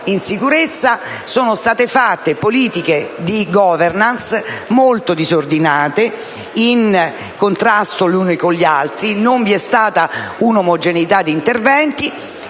in sicurezza, sono state fatte politiche di *governance* molto disordinate, in contrasto le une con le altre. Non vi è stata un'omogeneità di interventi.